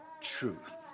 truth